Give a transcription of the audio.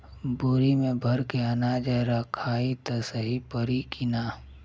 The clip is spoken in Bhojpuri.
बोरी में भर के अनाज रखायी त सही परी की ना?